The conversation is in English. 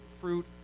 fruit